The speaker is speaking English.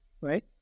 right